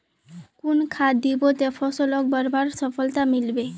कुन खाद दिबो ते फसलोक बढ़वार सफलता मिलबे बे?